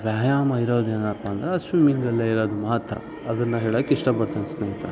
ವ್ಯಾಯಾಮ ಇರೋದೇನಪ್ಪ ಅಂದ್ರೆ ಸ್ವಿಮ್ಮಿಂಗಲ್ಲೇ ಇರೋದು ಮಾತ್ರ ಅದನ್ನು ಹೇಳೋಕೆ ಇಷ್ಟಪಡ್ತೇನೆ ಸ್ನೇಹಿತರೆ